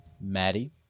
Maddie